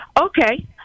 Okay